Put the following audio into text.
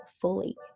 fully